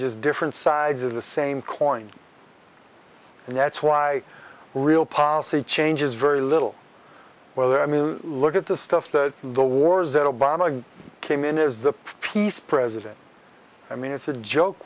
does different sides of the same coin and that's why real policy changes very little whether i mean look at the stuff that the wars that obama came in is the peace president i mean it's a joke